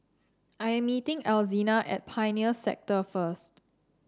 I am meeting Alzina at Pioneer Sector first